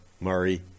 Murray